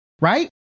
right